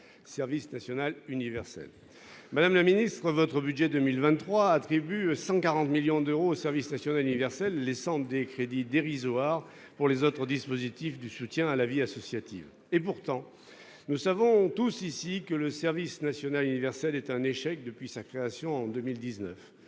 service national universel. Madame le ministre, votre budget 2023 attribue 140 millions d'euros au service national universel, les laissant des crédits dérisoires pour les autres dispositifs du soutien à la vie associative et pourtant, nous savons tous ici, que le service national universel est un échec. Depuis sa création en 2019.